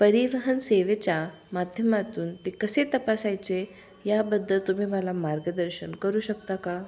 परिवहन सेवेच्या माध्यमातून ते कसे तपासायचे याबद्दल तुम्ही मला मार्गदर्शन करू शकता का